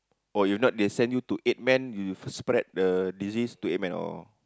or you not they send you to eight men you first spread the disease to eight men oh